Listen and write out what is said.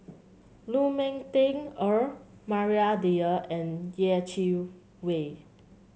Lu Ming Teh Earl Maria Dyer and Yeh Chi Wei